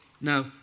Now